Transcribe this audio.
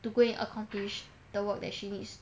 to go and accomplish the work that she needs